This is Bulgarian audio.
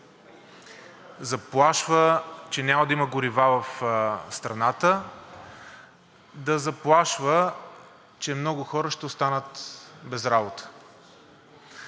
заплашва, че няма да има горива в страната, да заплашва, че много хора ще останат без работа.